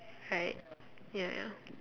right ya